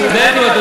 חכמולוגים כמוך,